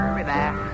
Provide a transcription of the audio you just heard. relax